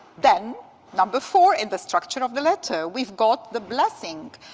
then number four, in the structure of the letter, we've got the blessing.